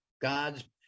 God's